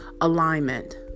alignment